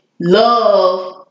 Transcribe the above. love